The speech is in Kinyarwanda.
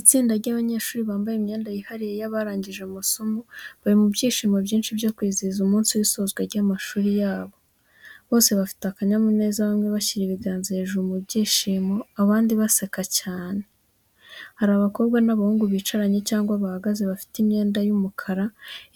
Itsinda ry’abanyeshuri bambaye imyenda yihariye y’abarangije amasomo, bari mu byishimo byinshi byo kwizihiza umunsi w’isozwa ry’amashuri yabo. Bose bafite akanyamuneza, bamwe bashyira ibiganza hejuru mu byishimo, abandi baseka cyane. Hari abakobwa n’abahungu bicaranye cyangwa bahagaze, bafite imyenda ya black